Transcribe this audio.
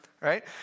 right